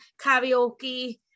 karaoke